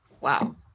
Wow